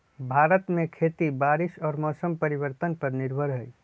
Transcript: भारत में खेती बारिश और मौसम परिवर्तन पर निर्भर हई